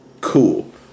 cool